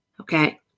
Okay